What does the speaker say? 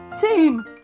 Team